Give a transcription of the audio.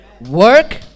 work